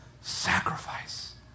sacrifice